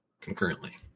concurrently